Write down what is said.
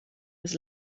was